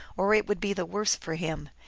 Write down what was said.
or it would be the worse for him.